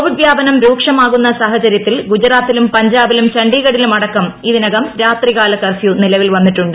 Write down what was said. Covid വ്യാപനം രൂക്ഷമാകുന്ന സാഹചര്യത്തിൽ ഗുജറാത്തിലും പഞ്ചാ ബിലും ചണ്ഡീഗഡിലുമടക്കം ഇതിനകം രാത്രികാല കർഫ്യൂ നിലവിൽ വന്നിട്ടുണ്ട്